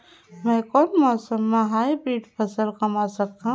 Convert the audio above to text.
मै कोन मौसम म हाईब्रिड फसल कमा सकथव?